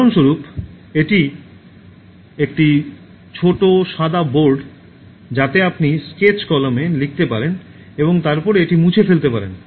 উদাহরণস্বরূপ একটি ছোট সাদা বোর্ড যাতে আপনি স্কেচ কলমে লিখতে পারেন এবং তারপরে এটি মুছে ফেলতে পারেন